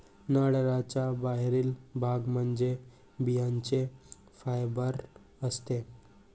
नारळाचा बाहेरील भाग म्हणजे बियांचे फायबर असते